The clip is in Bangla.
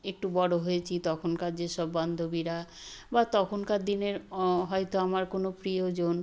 একটু বড়ো হয়েছি তখনকার যেসব বান্ধবীরা বা তখনকার দিনের হয়তো আমার কোনো প্রিয়জন